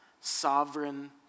sovereign